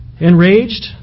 Enraged